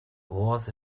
was